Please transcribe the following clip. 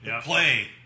Play